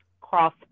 cross